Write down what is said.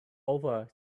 over